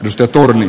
risto torni